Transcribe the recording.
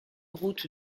route